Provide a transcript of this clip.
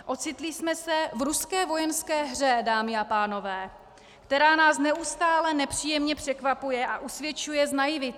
Ocitli jsme se v ruské vojenské hře, dámy a pánové, která nás neustále nepříjemně překvapuje a usvědčuje z naivity.